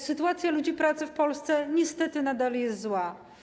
Sytuacja ludzi pracy w Polsce niestety nadal jest zła.